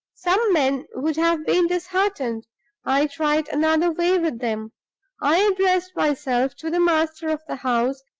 some men would have been disheartened i tried another way with them i addressed myself to the master of the house,